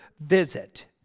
visit